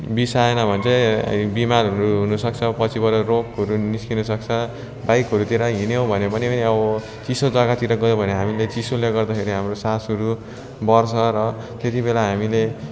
बिसाएन भन् चै बिमारहरू हुनु सक्छ पछिबाट रोगहरू निस्किन सक्छ बाइकहरूतिर हिँड्यो भने पनि अब चिसो जग्गातिर गयो भने हामीले चिसोले गर्दाखेरि हाम्रो श्वासहरू बढ्छ र त्यति बेला हामीले